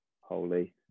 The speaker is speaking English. holy